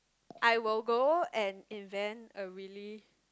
I will go and invent a really